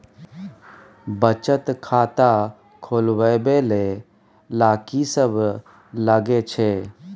बचत खाता खोलवैबे ले ल की सब लगे छै?